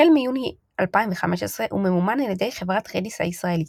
החל מיוני 2015 הוא ממומן על ידי חברת רדיס הישראלית.